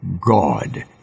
God